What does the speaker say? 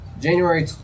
January